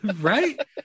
right